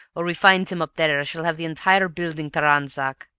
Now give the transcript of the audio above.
or we find him up there, i shall have the entire building to ransack.